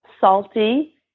salty